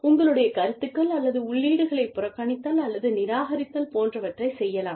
உங்களுடைய கருத்துகள் அல்லது உள்ளீடுகளைப் புறக்கணித்தல் அல்லது நிராகரித்தல் போன்றவற்றைச் செய்யலாம்